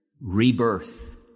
rebirth